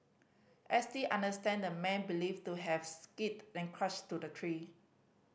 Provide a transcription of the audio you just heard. S T understand the man believed to have skidded and crashed to the tree